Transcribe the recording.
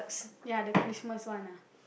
ya the Christmas one ah